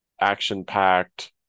action-packed